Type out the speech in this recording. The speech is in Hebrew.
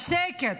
שקט.